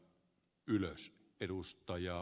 arvoisa puhemies